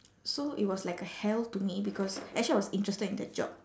so it was like a hell to me because actually I was interested in that job